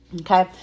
okay